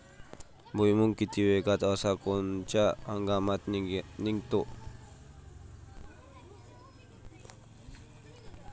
भुईमुंग किती वेळात अस कोनच्या हंगामात निगते?